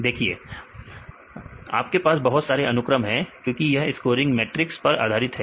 देखिए आपके पास बहुत सारे अनुक्रम है क्योंकि यह स्कोरिंग मेट्रिक्स पर आधारित है